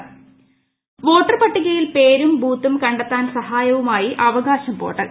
അവകാശം portal voter പട്ടികയിൽ പേരും ബൂത്തും കണ്ടെത്താൻ സഹായവുമായി അവകാശം പോർട്ടൽ